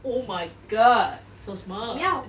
oh my god so smart